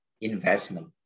investment